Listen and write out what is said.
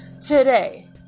today